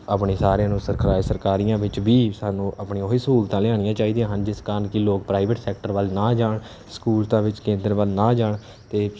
ਆਪਣੇ ਸਾਰਿਆਂ ਨੂੰ ਸਰਕਾ ਸਰਕਾਰੀਆਂ ਵਿੱਚ ਵੀ ਸਾਨੂੰ ਆਪਣੀ ਉਹ ਹੀ ਸਹੂਲਤਾਂ ਲਿਆਉਣੀਆਂ ਚਾਹੀਦੀਆਂ ਹਨ ਜਿਸ ਕਾਰਨ ਕਿ ਲੋਕ ਪ੍ਰਾਈਵੇਟ ਸੈਕਟਰ ਵੱਲ ਨਾ ਜਾਣ ਸਹੂਲਤਾਂ ਵਿੱਚ ਕੇਂਦਰ ਵੱਲ ਨਾ ਜਾਣ ਅਤੇ